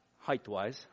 height-wise